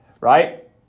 right